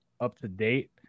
up-to-date